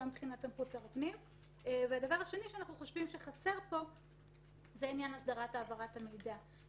אנחנו חושבים שחסר פה עניין הסדרת העברת המידע.